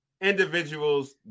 individuals